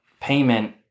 payment